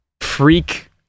freak